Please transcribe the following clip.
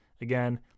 Again